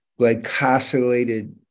glycosylated